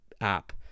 app